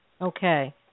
Okay